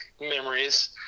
memories